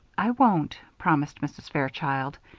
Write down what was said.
i won't, promised mrs. fairchild.